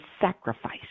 sacrifice